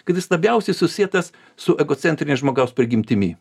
kad jis labiausiai susietas su egocentrine žmogaus prigimtimi